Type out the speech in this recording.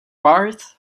barth